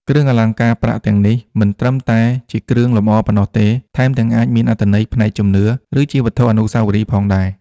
គ្រឿងអលង្ការប្រាក់ទាំងនេះមិនត្រឹមតែជាគ្រឿងលម្អប៉ុណ្ណោះទេ ថែមទាំងអាចមានអត្ថន័យផ្នែកជំនឿ ឬជាវត្ថុអនុស្សាវរីយ៍ផងដែរ។